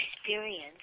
experience